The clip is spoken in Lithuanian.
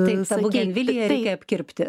reikia apkirpti